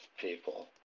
people